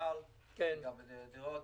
מהמינהל לגבי הדירות.